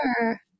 Sure